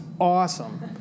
awesome